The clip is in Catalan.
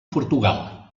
portugal